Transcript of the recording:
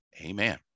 Amen